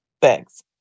Thanks